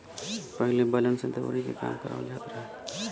पहिले बैलन से दवरी के काम करवाबल जात रहे